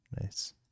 nice